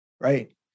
right